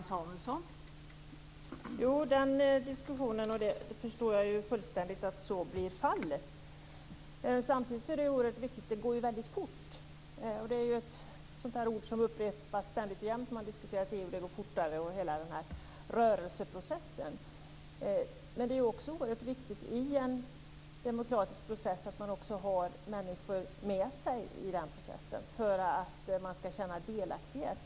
Fru talman! Den diskussionen förstår jag fullständigt. Så blir fallet. Samtidigt går det väldigt fort. Det är ett ord som upprepas ständigt och jämt. Man diskuterar EU, att det går fortare och hela denna rörelseprocess. Men det är också oerhört viktigt i en demokratisk process att man har människor med sig, så att de känner delaktighet.